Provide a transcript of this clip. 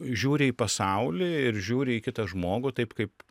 žiūri į pasaulį ir žiūri į kitą žmogų taip kaip